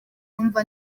numva